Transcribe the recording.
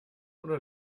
oder